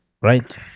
right